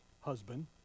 husband